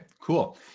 cool